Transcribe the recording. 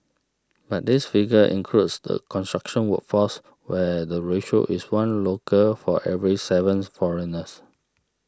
but this figure includes the construction workforce where the ratio is one local for every sevens foreigners